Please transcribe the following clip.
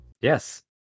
Yes